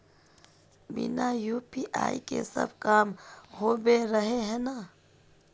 बिना यु.पी.आई के सब काम होबे रहे है ना?